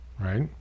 right